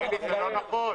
זה לא נכון.